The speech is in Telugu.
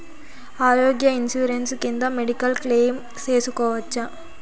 ఆరోగ్య ఇన్సూరెన్సు కింద మెడికల్ క్లెయిమ్ సేసుకోవచ్చా?